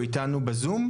הוא איתנו בזום,